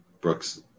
Brooks